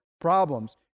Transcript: problems